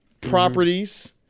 properties